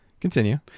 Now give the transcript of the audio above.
Continue